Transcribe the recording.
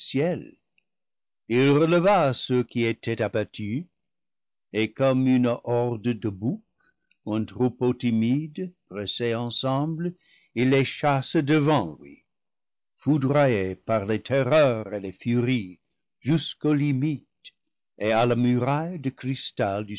il releva ceux qui étaient abattus et comme une horde de boucs ou un troupeau timide pressé ensemble il les chasse devant lui foudroyé par les terreurs et les furies jusqu'aux limites et à la muraille de cristal